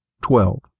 Twelve